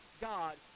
God